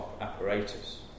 apparatus